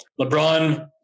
LeBron